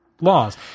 laws